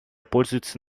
пользуется